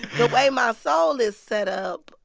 the way my soul is set up,